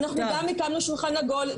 אנחנו גם הקמנו שולחן עגול,